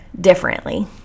differently